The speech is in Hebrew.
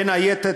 בין היתר,